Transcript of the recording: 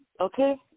okay